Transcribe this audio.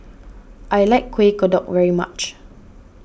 I like Kueh Kodok very much